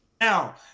now